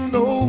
no